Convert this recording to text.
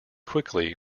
quickly